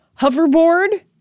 Hoverboard